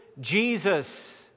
Jesus